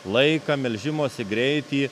laiką melžimosi greitį